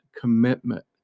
commitment